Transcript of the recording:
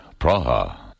Praha